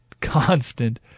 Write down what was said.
constant